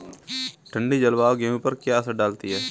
ठंडी जलवायु गेहूँ पर क्या असर डालती है?